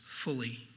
fully